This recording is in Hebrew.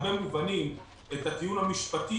בהרבה מובנים את הטיעון המשפטי.